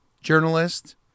journalist